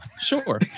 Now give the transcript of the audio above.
Sure